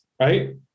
right